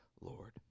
Lord